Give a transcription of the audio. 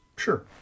Sure